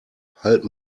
halt